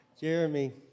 Jeremy